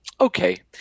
okay